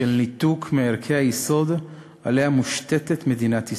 של ניתוק מערכי היסוד שעליהם מושתתת מדינת ישראל.